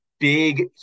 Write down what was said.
Big